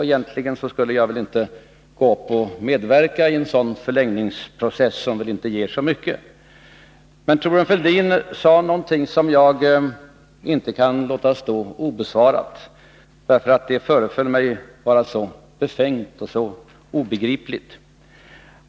Egentligen skulle jag väl inte gå upp och medverka i en sådan förlängningsprocess, som väl inte ger så mycket, men Thorbjörn Fälldin sade någonting som jag inte kan låta stå obesvarat därför att det föreföll mig så befängt och obegripligt.